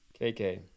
KK